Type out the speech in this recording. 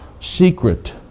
secret